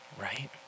Right